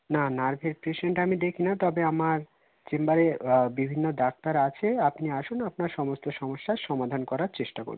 না নার্ভের পেশেন্ট আমি দেখি না তবে আমার চেম্বারে বিভিন্ন ডাক্তার আছে আপনি আসুন আপনার সমস্ত সমস্যার সমাধান করার চেষ্টা করবো